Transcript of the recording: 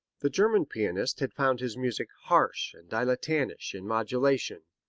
the german pianist had found his music harsh and dilettantish in modulation,